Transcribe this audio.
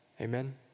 Amen